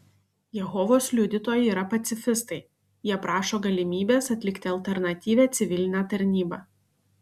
jehovos liudytojai yra pacifistai jie prašo galimybės atlikti alternatyvią civilinę tarnybą